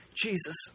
Jesus